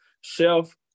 shelf